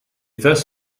thus